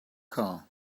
car